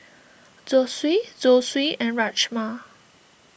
Zosui Zosui and Rajma